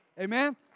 Amen